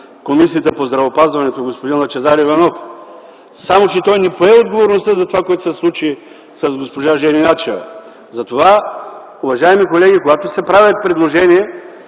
Комисията по здравеопазването господин Лъчезар Иванов, само че той не пое отговорността за това, което се случи с госпожа Жени Начева, за това, уважаеми колеги, когато се правят предложения,